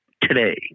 Today